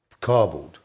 cardboard